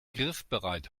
griffbereit